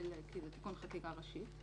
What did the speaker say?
כי זה תיקון חקיקה ראשי,